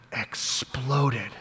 exploded